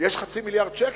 יש חצי מיליארד שקל?